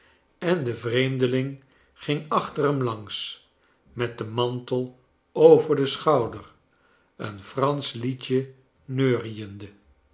en de vreemdeling ging achter hem langs met den mantel over den schouder een fransch liedje neuriende